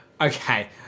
okay